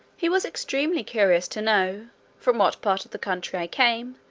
he was extremely curious to know from what part of the country i came,